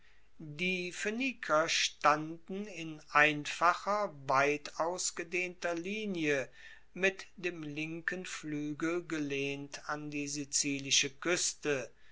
die phoeniker standen in einfacher weitausgedehnter linie mit dem linken fluegel gelehnt an die sizilische kueste